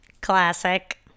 Classic